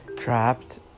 Trapped